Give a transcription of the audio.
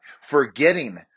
Forgetting